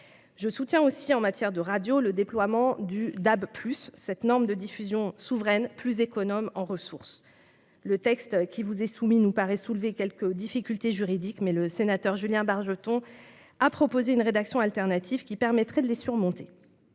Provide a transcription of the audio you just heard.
Je soutiens aussi, en matière de radio, le déploiement du DAB+, cette norme de diffusion souveraine plus économe en ressources. Le texte qui vous est soumis nous paraît soulever quelques difficultés juridiques, mais le sénateur Julien Bargeton a proposé une rédaction de substitution qui permettrait de les surmonter.